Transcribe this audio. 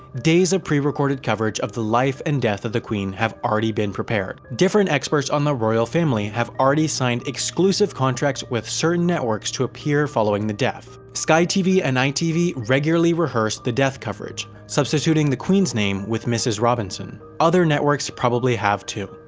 days of pre-recorded coverage of the life and death of the queen have already been prepared. different experts on the royal family have already signed exclusive contracts with certain networks to appear following the death. sky tv and itv regularly rehearse their death coverage substituting the queen's name with ms. robinson. other networks probably have too.